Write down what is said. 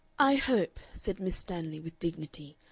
i hope, said miss stanley, with dignity,